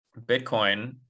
Bitcoin